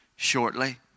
shortly